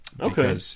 Okay